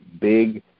big